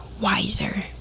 Wiser